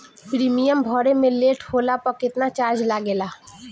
Premium भरे मे late होला पर केतना चार्ज लागेला?